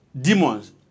demons